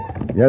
Yes